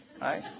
right